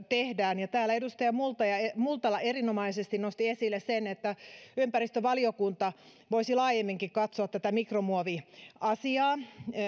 tehdään täällä edustaja multala erinomaisesti nosti esille sen että ympäristövaliokunta voisi laajemminkin katsoa tätä mikromuoviasiaa